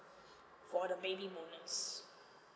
for the baby bonus